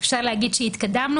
אפשר להגיד שהתקדמנו.